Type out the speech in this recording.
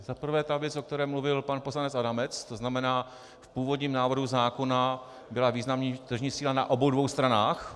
Za prvé ta věc, o které mluvil pan poslanec Adamec, to znamená v původním návrhu zákona byla významná tržní síla na obou stranách...